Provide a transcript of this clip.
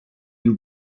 you